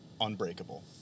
Unbreakable